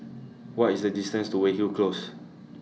What IS The distance to Weyhill Close